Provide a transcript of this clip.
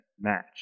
match